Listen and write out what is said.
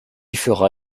fera